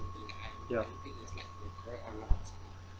ya